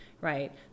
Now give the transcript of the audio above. right